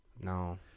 No